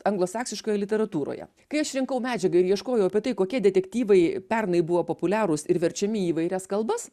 anglosaksiškoje literatūroje kai aš rinkau medžiagą ir ieškojau apie tai kokie detektyvai pernai buvo populiarūs ir verčiami į įvairias kalbas